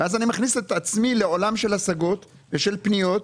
ואז אני מכניס את עצמי לעולם של השגות ושל פניות,